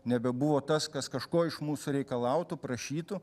nebebuvo tas kas kažko iš mūsų reikalautų prašytų